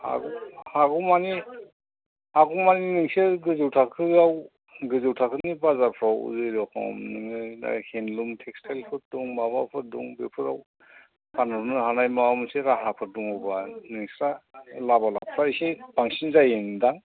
हा हागौमानि हागौमानि नोंसोर गोजौ थाखोआव गोजौ थाखोनि बाजारफ्राव जेर'खम नोङो दा हेन्दलुम टेक्सटाइलफोर दं माबाफोर दं बेफ्राव फानहरनो हानाय माबा मोनसे राहाफोर दङबा नोंस्रा लाबा लाबफ्रा एसे बांसिन जायोन्दां